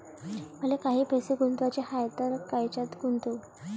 मले काही पैसे गुंतवाचे हाय तर कायच्यात गुंतवू?